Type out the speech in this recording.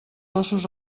ossos